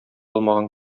алмаган